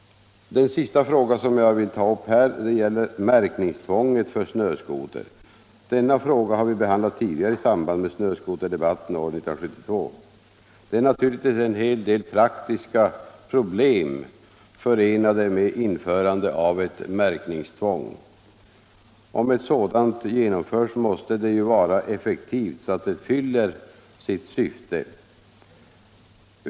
Den sista fråga som jag här vill ta upp gäller märkningstvånget för snöskoter. Denna fråga har vi behandlat tidigare i samband med snöskoterdebatten år 1972. Det är naturligtvis en hel del praktiska problem förenade med införande av ett märkningstvång. Om ett sådant genomförs måste det ju vara effektivt så att det fyller sitt syfte.